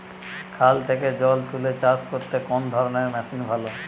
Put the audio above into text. খাল থেকে জল তুলে চাষ করতে কোন ধরনের মেশিন ভালো?